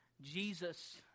Jesus